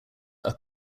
are